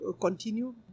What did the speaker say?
continue